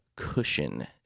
Cushion